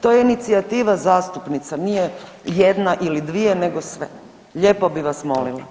To je inicijativa zastupnica, nije jedna ili dvije nego sve, lijepo bih vas molila.